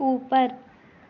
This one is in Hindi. ऊपर